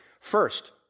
First